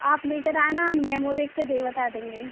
आप लेकर आना हम डेमो देख कर फिर बता देंगे